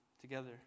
together